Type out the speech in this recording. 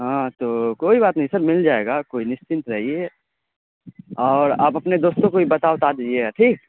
ہاں تو کوئی بات نہیں سر مل جائے گا آپ کو نشچنت رہیے اور آپ اپنے دوستوں کو بھی بتا وتا دیجیے گا ٹھیک